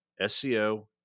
SEO